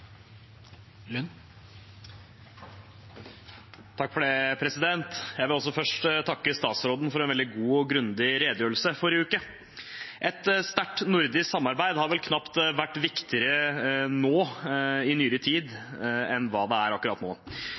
vil også jeg takke statsråden for en veldig god og grundig redegjørelse i forrige uke. Et sterkt nordisk samarbeid har vel knapt vært viktigere i nyere tid enn hva det er akkurat nå.